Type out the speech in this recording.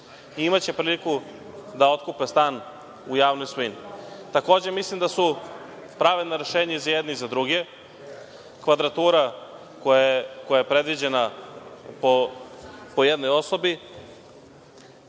Imaće priliku da otkupe stan u javnoj svojini. Takođe, mislim da su pravedna rešenja i za jedne i za druge, kvadratura koja je predviđena po jednoj osobi.